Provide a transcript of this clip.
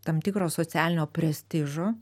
tam tikro socialinio prestižo